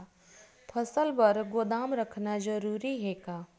फसल बर गोदाम रखना जरूरी हे का?